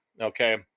Okay